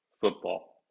football